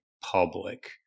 public